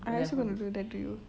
I also going to do that to you